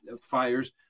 fires